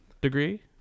degree